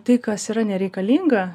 tai kas yra nereikalinga